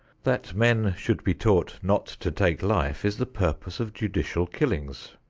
that men should be taught not to take life is the purpose of judicial killings.